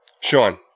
Sean